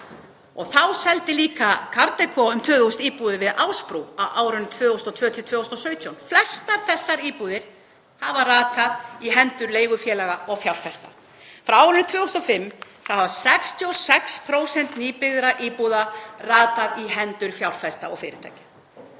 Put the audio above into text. Þá seldi líka Kadeco um 2.000 íbúðir við Ásbrú á árunum 2002–2017. Flestar þessara íbúða hafa ratað í hendur leigufélaga og fjárfesta. Frá árinu 2005 hafa 66% nýbyggðra íbúða ratað í hendur fjárfesta og fyrirtækja.